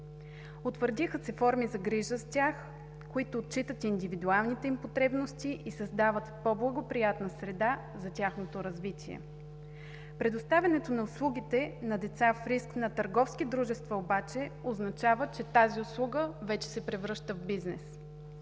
Утвърдиха се форми за грижа с тях, които отчитат индивидуалните им потребности и създават по-благоприятна среда за тяхното развитие. Предоставянето на услугите на деца в риск на търговски дружества обаче означава, че тази услуга вече се превръща в бизнес.